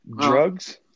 Drugs